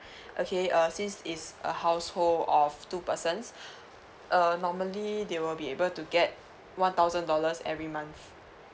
okay uh since is a household of two persons uh normally they will be able to get one thousand dollars every month